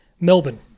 Melbourne